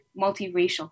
multiracial